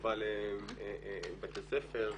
קרבה לבתי ספר.